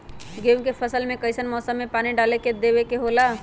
गेहूं के फसल में कइसन मौसम में पानी डालें देबे के होला?